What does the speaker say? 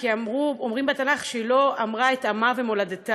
כי אומרים בתנ"ך שהיא לא אמרה את עמה ומולדתה.